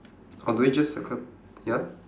or do we just circle ya